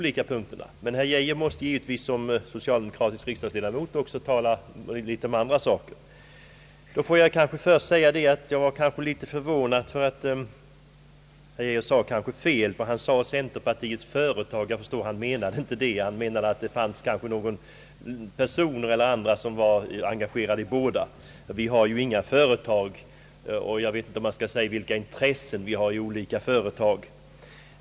Men herr Geijer måste givetvis som socialdemokratisk riksdagsledamot också tala om andra saker. Jag blev litet förvånad när herr Geijer talade om »centerpartiets företag», men han sade kanske fel. Troligen menade han att det finns någon person som är engagerad i både centerpartiet och något företag. Centerpartiet har inga företag, och jag kan inte säga vilka intressen vi kan ha i olika företag.